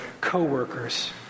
coworkers